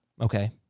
Okay